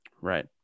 Right